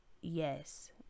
yes